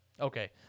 Okay